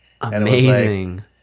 Amazing